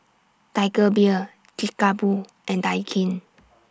Tiger Beer Kickapoo and Daikin